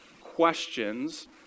questions